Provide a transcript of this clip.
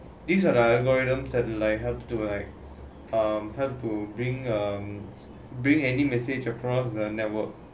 these are algorithms and like have to like um have to bring uh bring any message across the network